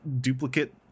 duplicate